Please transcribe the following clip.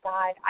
God